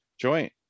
joint